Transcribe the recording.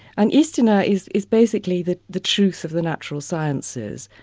and istina is is basically the the truth of the natural sciences,